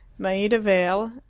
maida vale,